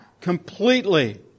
completely